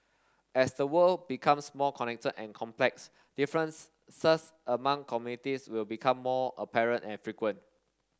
as the world becomes more connected and complex difference among communities will become more apparent and frequent